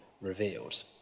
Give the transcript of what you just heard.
revealed